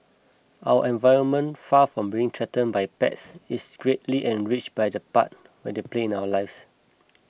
our environment far from being threatened by pets is greatly enriched by the part they play in our lives